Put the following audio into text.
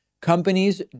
Companies